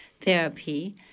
therapy